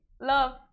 love